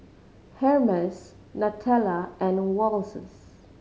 Hermes Nutella and Wall